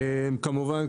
כמובן,